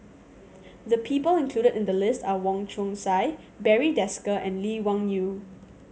the people included in the list are Wong Chong Sai Barry Desker and Lee Wung Yew